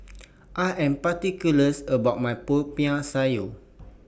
I Am particulars about My Popiah Sayur